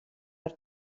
per